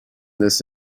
this